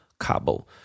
Cabo